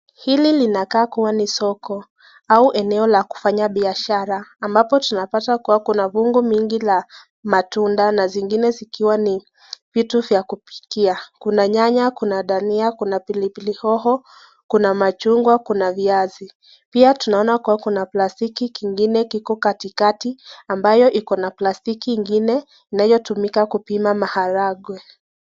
Hili linakaa kuwa ni soko au eneo la kufanya biashara, ambapo tunapata kuwa kuna viungo mingi la matunda na zingine zikiwa ni vitu vya kupikia. Kuna nyanya, kuna dania, kuna pilipili hoho, kuna machungwa, kuna viazi. Pia tunaona kuwa kuna plastiki kingine kiko katikati ambayo iko na plastiki ingine inayotumika kupima maharagwe.